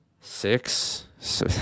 six